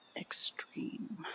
extreme